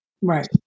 Right